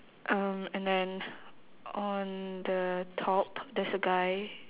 um and then on the top there's a guy